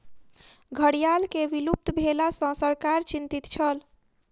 घड़ियाल के विलुप्त भेला सॅ सरकार चिंतित छल